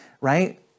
right